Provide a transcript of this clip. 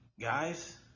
guys